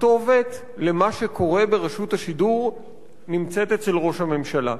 הכתובת למה שקורה ברשות השידור נמצאת אצל ראש הממשלה,